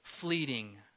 fleeting